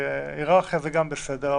היררכיה זה בסדר,